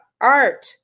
art